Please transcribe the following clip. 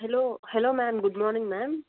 hello hello ma'am good morning ma'am